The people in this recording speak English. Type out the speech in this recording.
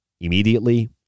immediately